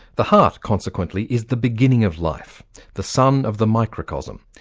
the heart, consequently, is the beginning of life the sun of the microcosm,